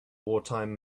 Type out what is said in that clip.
wartime